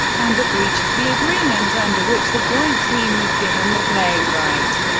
and a breach of the agreement under which the joint team was given the playing right.